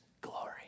glory